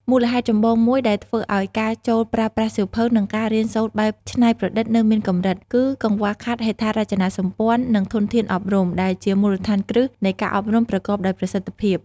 មូលហេតុចម្បងមួយដែលធ្វើឱ្យការចូលប្រើប្រាស់សៀវភៅ និងការរៀនសូត្របែបច្នៃប្រឌិតនៅមានកម្រិត គឺ កង្វះខាតហេដ្ឋារចនាសម្ព័ន្ធ និងធនធានអប់រំ ដែលជាមូលដ្ឋានគ្រឹះនៃការអប់រំប្រកបដោយប្រសិទ្ធភាព។